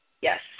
Yes